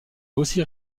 aussi